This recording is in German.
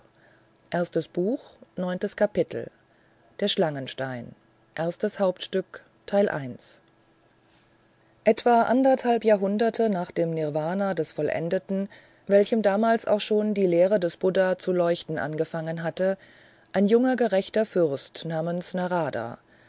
der schlangenstein erstes hauptstück etwa anderthalb jahrhunderte nach dem nirvana des vollendeten herrschte in unserem lande welchem damals auch schon die lehre des buddha zu leuchten angefangen hatte ein junger gerechter fürst namens narada